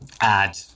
add